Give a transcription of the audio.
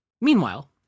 Meanwhile